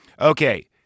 Okay